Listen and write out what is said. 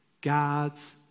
God's